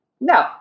no